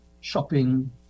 shopping